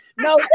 No